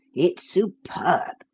it's superb,